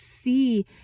see